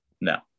No